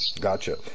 Gotcha